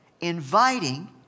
inviting